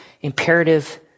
imperative